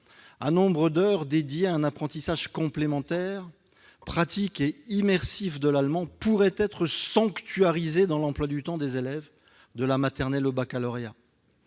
un nombre d'heures dédié à un apprentissage complémentaire, pratique et immersif de l'allemand pourrait être sanctuarisé dans l'emploi du temps des élèves de la maternelle au baccalauréat